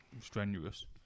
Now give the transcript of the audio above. strenuous